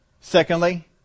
Secondly